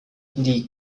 die